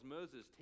Moses